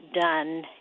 done